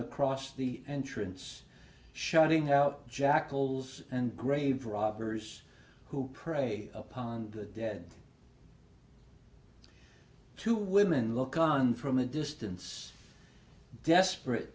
across the entrance shutting out jackals and grave robbers who prey upon the dead two women look on from a distance desperate